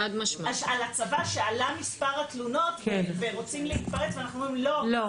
על הצבא שעלה מספר התלונות ורוצים להתפרץ ואנחנו אומרים לא,